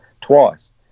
twice